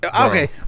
Okay